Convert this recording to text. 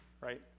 right